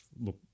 look